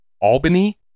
Albany